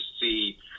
see